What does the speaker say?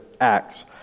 Acts